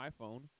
iPhone